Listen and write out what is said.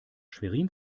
schwerin